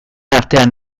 artean